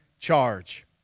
charge